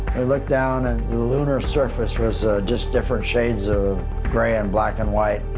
we looked down and the lunar surface was just different shades of gray and black and white.